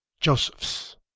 Joseph's